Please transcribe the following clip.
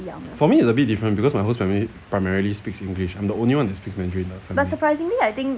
for me it's a bit different because my whole family primarily speaks english I'm the only one who speaks mandarin